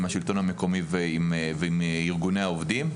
עם השלטון המקומי ועם ארגוני העובדים.